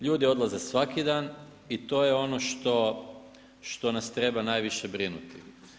Ljudi odlaze svaki dan i to je ono što nas treba najviše brinuti.